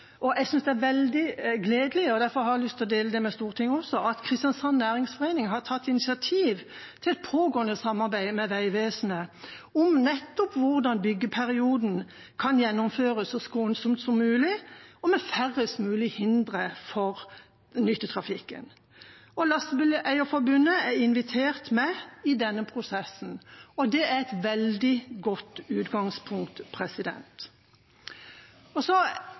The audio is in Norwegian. Jeg syns det er veldig gledelig, og derfor har jeg lyst til å dele det med Stortinget også, at Kristiansands næringsforening har tatt initiativ til et pågående samarbeid med Vegvesenet om nettopp hvordan byggeperioden kan gjennomføres så skånsomt som mulig, og med færrest mulig hindre for nyttetrafikken. Lastebileierforbundet er invitert med i denne prosessen, og det er et veldig godt utgangspunkt.